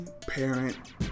parent